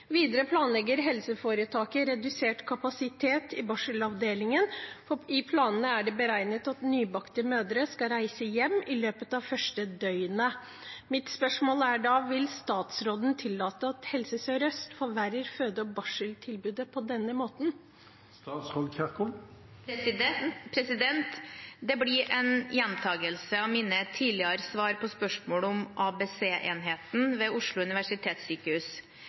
Videre planlegger helseforetaket redusert kapasitet i barselavdelingen fordi det i planene er beregnet at nybakte mødre skal reise hjem i løpet av det første døgnet. Vil statsråden tillate Helse Sør-Øst å forverre føde- og barseltilbudet på denne måten?» Det blir en gjentagelse av mine tidligere svar på spørsmål om ABC-enheten ved Oslo universitetssykehus.